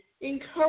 encourage